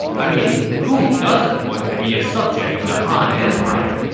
i mean, who doesn't want to be a subject of the han empire?